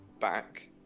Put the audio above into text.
back